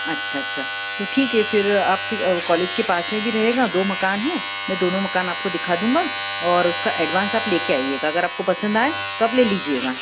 अच्छा अच्छा तो ठीक है फिर आपके कॉलेज के पास में भी रहेगा दो मकान है मैं दोनों मकान आपको दिखा दूँगा और उसका एडवांस आप ले कर आइएगा अगर आपको पसंद आए तो आप ले लीजिएगा